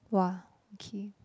!wah! okay